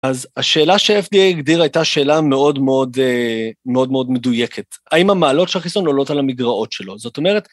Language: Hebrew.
אז השאלה ש-FDA הגדירה הייתה שאלה מאוד מאוד מדויקת. האם המעלות של החיסון עלולות על המגרעות שלו? זאת אומרת...